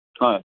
হয়